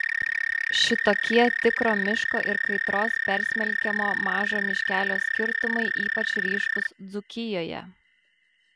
šitokie tikro miško ir kaitros persmelkiamo mažo miškelio skirtumai ypač ryškūs dzūkijoje